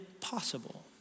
possible